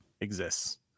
exists